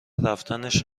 رفتنش